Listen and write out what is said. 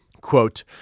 Quote